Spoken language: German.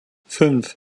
fünf